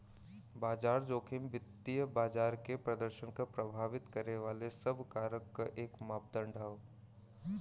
बाजार जोखिम वित्तीय बाजार के प्रदर्शन क प्रभावित करे वाले सब कारक क एक मापदण्ड हौ